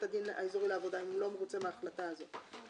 הדין האזורי לעבודה אם הוא לא מרוצה מההחלטה הזאת.